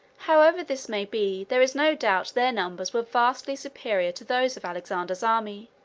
however this may be, there is no doubt their numbers were vastly superior to those of alexander's army,